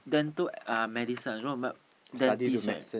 dental uh medicine you know like dentist right